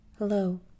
Hello